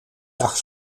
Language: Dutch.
zag